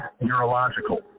neurological